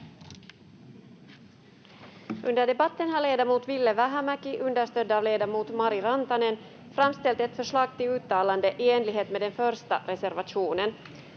Kiitos.